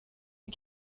est